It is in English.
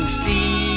see